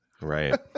Right